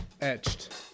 etched